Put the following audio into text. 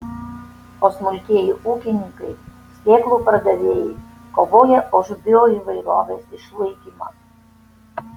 o smulkieji ūkininkai sėklų pardavėjai kovoja už bioįvairovės išlaikymą